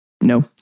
No